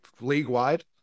league-wide